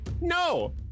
No